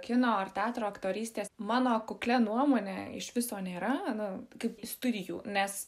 kino ar teatro aktorystės mano kuklia nuomone iš viso nėra na kaip studijų nes